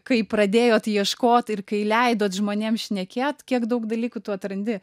kai pradėjot ieškot ir kai leidot žmonėm šnekėt kiek daug dalykų tu atrandi